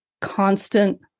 constant